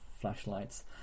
flashlights